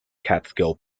catskill